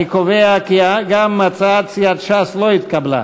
אני קובע כי גם הצעת סיעת ש"ס לא התקבלה.